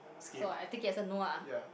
so I take it as a no ah